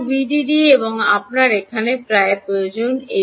সুতরাং ভিডিডি এবং আপনার এখানে প্রায় প্রয়োজন